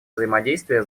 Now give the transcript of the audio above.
взаимодействие